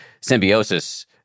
symbiosis